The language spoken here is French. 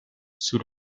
sous